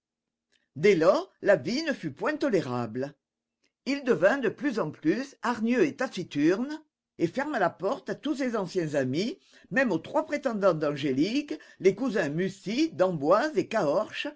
dès lors la vie ne fut point tolérable il devint de plus en plus hargneux et taciturne et ferma la porte à tous ses anciens amis même aux trois prétendants d'angélique les cousins mussy d'emboise et